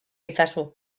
itzazu